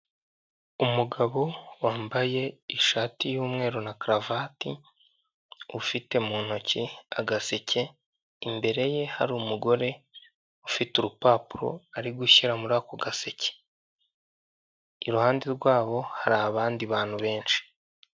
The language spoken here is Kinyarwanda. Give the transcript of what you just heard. Umugabo wambaye ishati yumweru na karuvati ufite mu ntoki agaseke, imbere ye hari umugore ufite urupapuro ari gushyira muri ako gaseke, iruhande rwabo hari abandi bantu benshi.